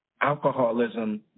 alcoholism